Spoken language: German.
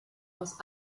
aus